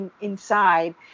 inside